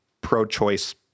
pro-choice